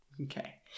Okay